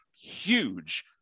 huge